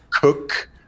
cook